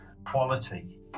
quality